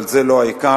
אבל זה לא העיקר,